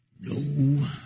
No